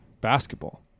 Basketball